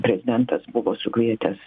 prezidentas buvo sukvietęs